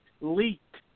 leaked